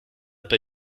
pas